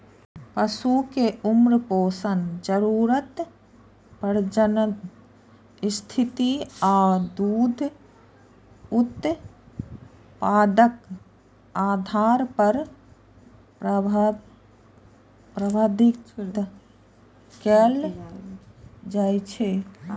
पशु कें उम्र, पोषण जरूरत, प्रजनन स्थिति आ दूध उत्पादनक आधार पर प्रबंधित कैल जाइ छै